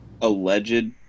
alleged